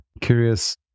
curious